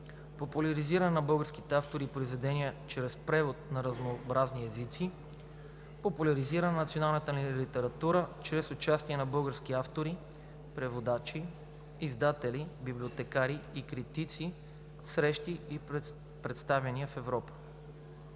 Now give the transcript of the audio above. популяризиране на българските автори и произведенията чрез превод на разнообразни езици; популяризиране на националната ни литература чрез участие на български автори, преводачи, издатели, библиотекари и критици в срещи и представяния в Европа.